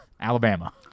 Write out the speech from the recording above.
Alabama